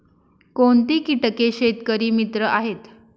कोणती किटके शेतकरी मित्र आहेत?